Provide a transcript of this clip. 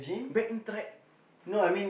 back in track